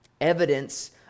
Evidence